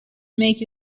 make